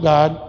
God